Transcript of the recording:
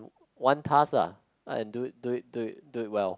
one task lah do it do it do it do it well